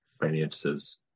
finances